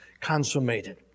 consummated